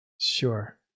sure